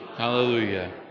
Hallelujah